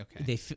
Okay